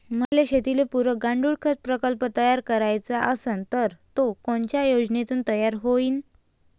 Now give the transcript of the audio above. मले शेतीले पुरक गांडूळखत प्रकल्प तयार करायचा असन तर तो कोनच्या योजनेतून तयार होईन?